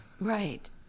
Right